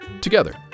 together